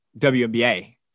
WNBA